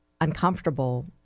uncomfortable